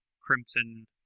crimson